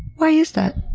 why is that?